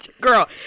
girl